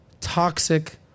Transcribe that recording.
toxic